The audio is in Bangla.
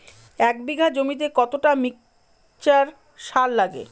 এক বিঘা জমিতে কতটা মিক্সচার সার লাগে?